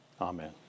amen